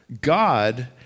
God